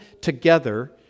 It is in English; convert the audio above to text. together